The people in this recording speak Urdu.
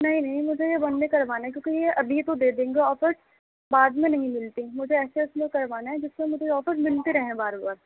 نہیں نہیں مجھے یہ بند ہی کروانا ہے کیوںکہ ابھی تو دے دیں گے آفرز بعد میں نہیں ملتے مجھے ایسے اس میں کروانا ہے جس میں مجھے آفر ملتے رہیں بار بار